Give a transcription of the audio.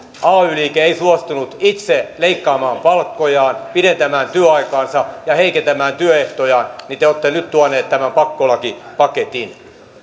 ay liike ei suostunut itse leikkaamaan palkkojaan pidentämään työaikaansa ja heikentämään työehtojaan niin te olette nyt tuoneet tämän pakkolakipaketin